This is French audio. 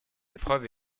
épreuve